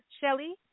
Shelly